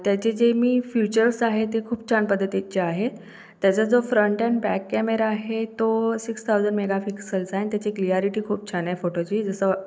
त्याचे जे मी फीचर्स आहेत ते खूप छान पद्धतीचे आहेत त्याचा जो फ्रंट अँड बॅक कॅमेरा आहे तो सिक्स थाउजंड मेगा पिक्सेलचा आहे आणि त्याची क्लियारीटी खूप छान आहे फोटोची जसं